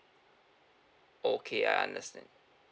okay I understand